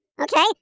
okay